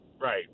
Right